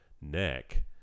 neck